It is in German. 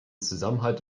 zusammenhalt